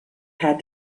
had